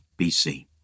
BC